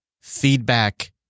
feedback